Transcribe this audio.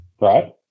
right